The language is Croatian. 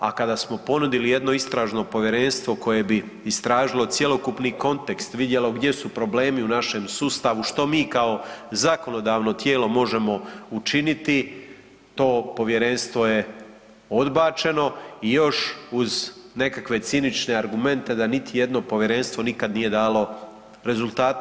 A kada smo ponudili jedno istražno povjerenstvo koje bi istražilo cjelokupni kontekst, vidjelo gdje su problemi u našem sustavu, što mi kao zakonodavno tijelo možemo učiniti to povjerenstvo je odbačeno i još uz nekakve cinične argumente da niti jedno povjerenstvo nikada nije dalo rezultata.